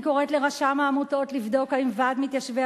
אני קוראת לרשם העמותות לבדוק האם ועד מתיישבי